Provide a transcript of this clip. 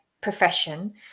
profession